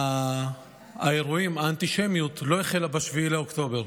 האירועים, האנטישמיות, לא החלו ב-7 באוקטובר,